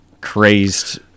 crazed